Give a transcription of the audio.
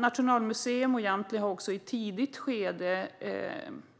Nationalmuseum och Jamtli har i ett tidigt skede